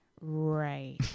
Right